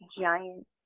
giant